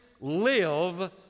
live